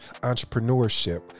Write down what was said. entrepreneurship